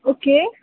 okay